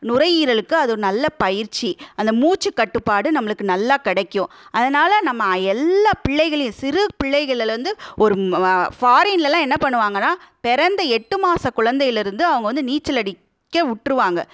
நுரையீரலுக்கு அது ஒரு நல்ல பயிற்சி அந்த மூச்சு கட்டுப்பாடு நம்மளுக்கு நல்லா கிடைக்கும் அதனால் நம்ம எல்லா பிள்ளைகளையும் சிறு பிள்ளைகள்லருந்து ஒரு ஃபாரின்லலாம் என்ன பண்ணுவாங்கன்னால் பிறந்த எட்டு மாத குழந்தையிலேருந்து அவங்க வந்து நீச்சல் அடிக்க விட்ருவாங்க